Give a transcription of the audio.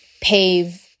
pave